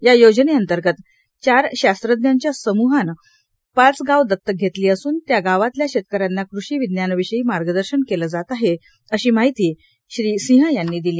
या योजनेअंतर्गत चार शास्त्रज्ञांच्या समुहानं पाच गांव दत्तक घेतली असून त्या गावातल्या शेतकऱ्यांना कृषी विज्ञानाविषयी मार्गदर्शन केले जात आहे अशी माहिती सिंह यांनी दिली